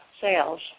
sales